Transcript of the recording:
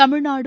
Tamil Nadu